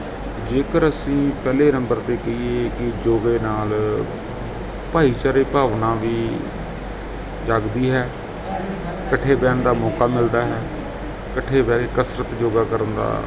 ਜੇਕਰ ਅਸੀਂ ਪਹਿਲੇ ਨੰਬਰ 'ਤੇ ਕਹੀਏ ਕਿ ਯੋਗਾ ਨਾਲ ਭਾਈਚਾਰੇ ਭਾਵਨਾ ਵੀ ਜਗਦੀ ਹੈ ਇਕੱਠੇ ਬਹਿਣ ਦਾ ਮੌਕਾ ਮਿਲਦਾ ਹੈ ਇਕੱਠੇ ਬਹਿ ਕੇ ਕਸਰਤ ਯੋਗਾ ਕਰਨ ਦਾ